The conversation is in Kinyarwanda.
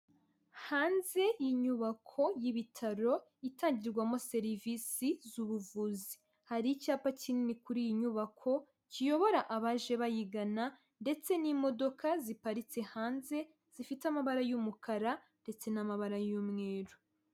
Hanze y'inyubako y'ibitaro itangirwamo serivisi z'ubuvuzi, hari icyapa kinini kuri iyi nyubako kiyobora abaje bayigana ndetse n'imodoka ziparitse hanze zifite amabara y'umukara ndetse n'amabara y'umweru.